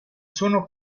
sono